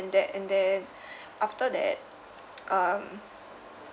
that and then after that um